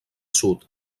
sud